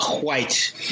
white